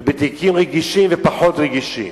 ובין תיקים רגישים לפחות רגישים.